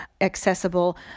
accessible